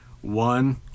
one